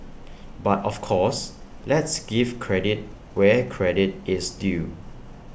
but of course let's give credit where credit is due